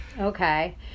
Okay